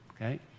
okay